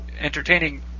entertaining